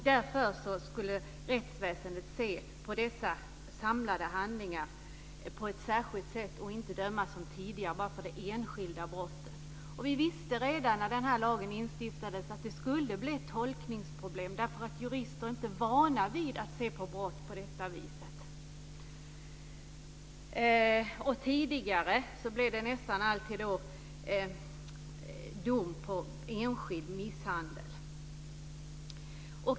Därför skulle man inom rättsväsendet se på dessa samlade handlingar på ett särskilt sätt och inte, som tidigare, bara döma personer för de enskilda brotten. Vi visste redan när den här lagen instiftades att det skulle bli tolkningsproblem, eftersom jurister inte är vana vid att se på brott på det här viset. Tidigare dömdes det nästan alltid för enskild misshandel.